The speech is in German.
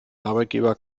arbeitgeber